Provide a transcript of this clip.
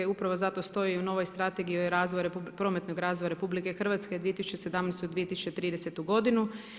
Upravo zato stoji u novoj Strategiji o razvoju, prometnog razvoja RH 2017., 2030. godinu.